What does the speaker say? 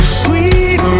sweet